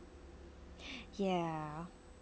ya